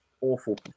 awful